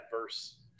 verse